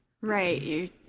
Right